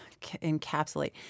encapsulate